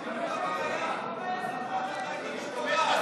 אתה משתמש בסמכות שלך לרעה.